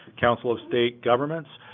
council of state governments,